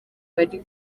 bari